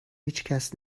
هیچکس